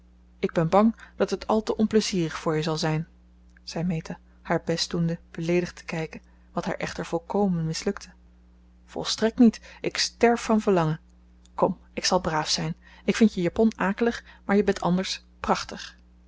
ik ben bang dat het al te onplezierig voor je zal zijn zei meta haar best doende beleedigd te kijken wat haar echter volkomen mislukte volstrekt niet ik sterf van verlangen kom ik zal braaf zijn ik vind je japon akelig maar je bent anders prachtig